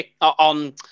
on